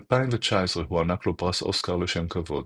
ב-2019 הוענק לו פרס אוסקר לשם כבוד.